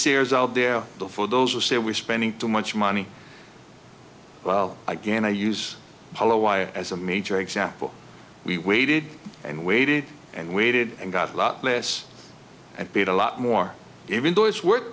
naysayers out there but for those who say we're spending too much money well again i use a wire as a major example we waited and waited and waited and got a lot less and paid a lot more even though it's worth